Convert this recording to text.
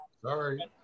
sorry